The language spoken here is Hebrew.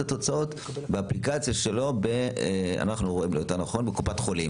התוצאות באפליקציה שלו בקופת החולים.